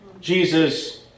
Jesus